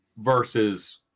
versus